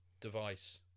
device